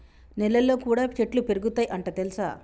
నెలల్లో కూడా చెట్లు పెరుగుతయ్ అంట తెల్సా